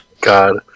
God